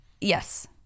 Yes